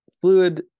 fluid